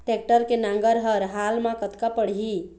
Tractor के नांगर हर हाल मा कतका पड़िही?